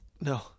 No